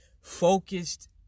focused